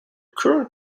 current